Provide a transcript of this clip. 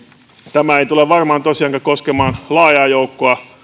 tämä ei tule varmaan tosiaankaan koskemaan laajaa joukkoa